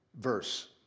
verse